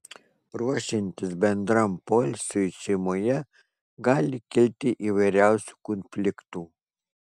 ruošiantis bendram poilsiui šeimoje gali kilti įvairiausių konfliktų